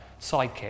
sidekick